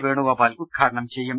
വേണുഗോപാൽ ഉദ്ഘാടനം ചെയ്യും